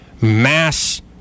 mass